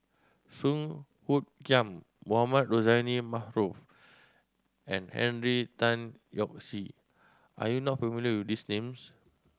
Song Hoot Kiam Mohamed Rozani Maarof and Henry Tan Yoke See are you not familiar with these names